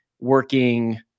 working